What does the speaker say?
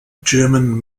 german